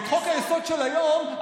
את חוק-היסוד של היום,